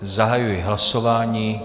Zahajuji hlasování.